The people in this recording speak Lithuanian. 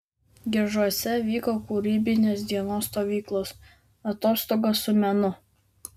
gižuose vyko kūrybinės dienos stovyklos atostogos su menu